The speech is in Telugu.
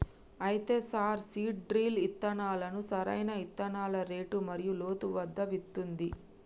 అయితే సార్ సీడ్ డ్రిల్ ఇత్తనాలను సరైన ఇత్తనాల రేటు మరియు లోతు వద్ద విత్తుతుంది